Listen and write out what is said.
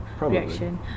reaction